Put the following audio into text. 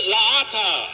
Laata